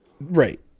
Right